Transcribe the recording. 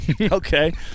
Okay